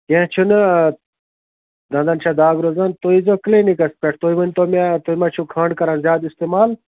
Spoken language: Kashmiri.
کیٚنٛہہ چھُنہٕ زنٛگَن چھےٚ دَگ روزان تُہۍ ییٖزیٚو کٕلِنِکَس پٮ۪ٹھ تُہۍ ؤنۍتو مےٚ تُہۍ ما چھُو کھنٛڈ کَران زیادٕ اِستعمال